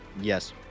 Yes